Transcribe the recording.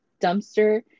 dumpster